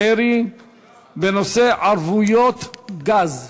פרי בנושא: ערבויות גז.